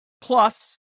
Plus